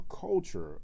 culture